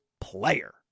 player